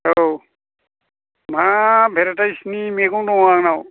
औ मा भेराइटिसनि मैगं दं आंनाव